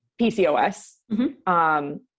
PCOS